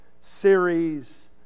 series